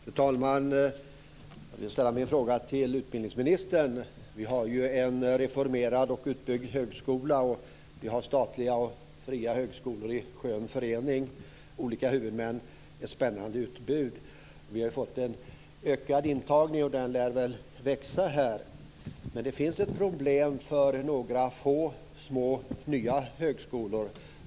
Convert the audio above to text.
Fru talman! Jag vill ställa min fråga till utbildningsministern. Vi har ju en reformerad och utbyggd högskola och vi har statliga och fria högskolor i skön förening. Det är olika huvudmän och ett spännande utbud. Vi har fått en ökad intagning och den lär väl växa. Men det finns problem för några få små, nya högskolor.